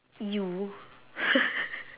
you